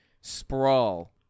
sprawl